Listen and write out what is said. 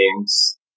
Games